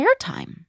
airtime